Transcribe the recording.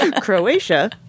Croatia